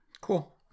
Cool